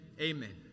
Amen